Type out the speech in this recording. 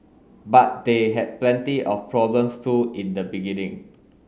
but they had plenty of problems too in the beginning